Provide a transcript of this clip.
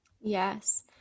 Yes